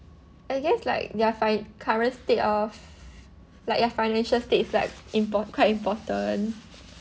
I guess like their finan~ current state of like their financial state is like impo~ quite important